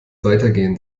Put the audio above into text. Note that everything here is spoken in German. weitergehen